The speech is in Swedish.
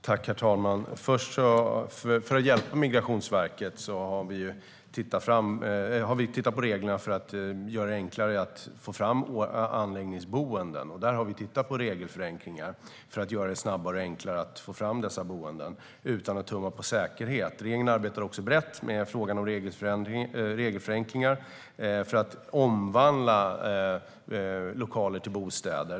Herr talman! Vi har tittat på reglerna för att hjälpa Migrationsverket och göra det enklare att få fram anläggningsboenden. Vi har tittat på regelförenklingar för att snabbare och enklare få fram dessa boenden utan att tumma på säkerheten. Regeringen arbetar brett med frågan om regelförenklingar för att omvandla lokaler till bostäder.